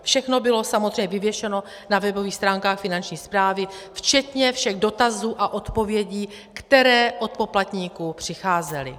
Všechno bylo samozřejmě vyvěšeno na webových stránkách Finanční správy včetně všech dotazů a odpovědí, které od poplatníků přicházely